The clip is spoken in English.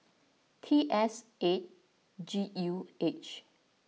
T S eight G U H